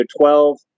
12